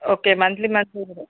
okay monthly monthly కదా